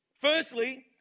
Firstly